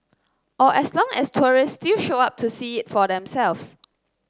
or as long as tourists still show up to see it for themselves